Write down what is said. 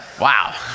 Wow